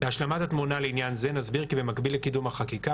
להשלמת התמונה לעניין זה נסביר כי במקביל לקידום החקיקה